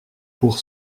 pour